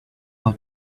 how